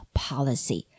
policy